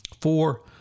Four